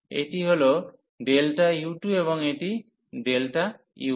এটি হল u2 এবং এটি u1